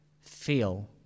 feel